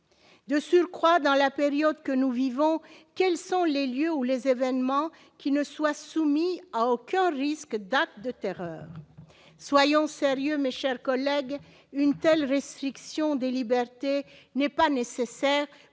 De surcroît, dans la période que nous vivons, quels sont les lieux où les événements qui ne soit soumis à aucun risque datent de terreur, soyons sérieux, mes chers collègues, une telle restriction des libertés n'est pas nécessaire